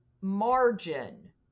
margin